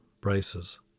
braces